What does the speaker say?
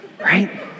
Right